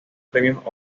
premios